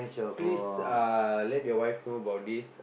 please uh let your wife know about this